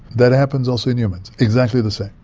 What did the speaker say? that happens also in humans, exactly the same.